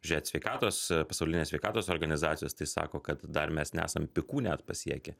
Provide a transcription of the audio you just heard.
žiūrėt sveikatos pasaulinės sveikatos organizacijos tai sako kad dar mes nesam pikų net pasiekę